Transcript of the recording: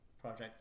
project